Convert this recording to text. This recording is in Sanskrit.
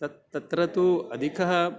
तत् तत्र तु अधिकः